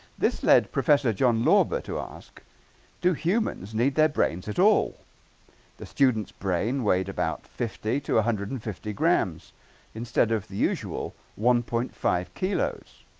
this led professor john lauber to ask do humans need their brains at all the students brain weighed about fifty to one ah hundred and fifty grams instead of the usual one point five kilos